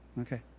okay